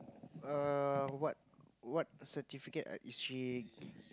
err what what certificate is she